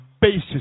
basis